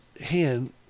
hand